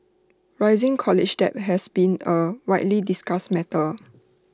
rising college debt has been A widely discussed matter